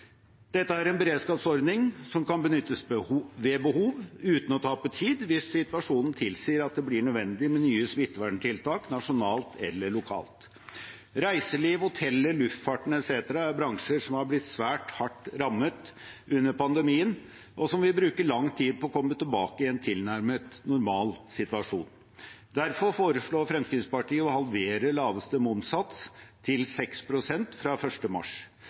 Dette er en beredskapsordning som kan benyttes ved behov uten å tape tid hvis situasjonen tilsier at det blir nødvendig med nye smitteverntiltak nasjonalt eller lokalt. Reiseliv, hoteller, luftfarten etc. er bransjer som har blitt svært hardt rammet under pandemien, og som vil bruke lang tid på å komme tilbake i en tilnærmet normal situasjon. Derfor foreslår Fremskrittspartiet å halvere laveste momssats til 6 pst. fra 1. mars.